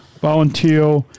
volunteer